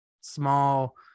small